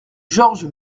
georges